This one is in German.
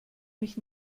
mich